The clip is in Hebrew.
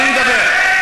אני מדבר.